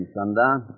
Sundown